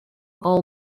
all